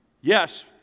Yes